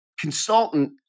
consultant